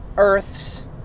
Earth's